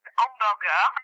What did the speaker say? hamburger